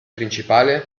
principale